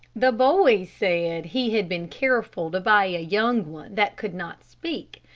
the boy said he had been careful to buy a young one that could not speak,